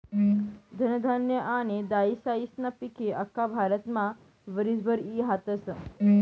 धनधान्य आनी दायीसायीस्ना पिके आख्खा भारतमा वरीसभर ई हातस